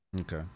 Okay